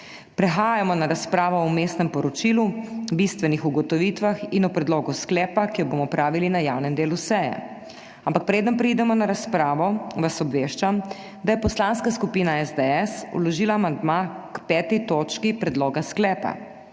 Prehajamo na razpravo o vmesnem poročilu, bistvenih ugotovitvah in o predlogu sklepa, ki jo bomo opravili na javnem delu seje. Ampak preden preidemo na razpravo, vas obveščam, da je Poslanska skupina SDS vložila amandma k 5. točki predloga sklepa.